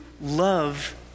love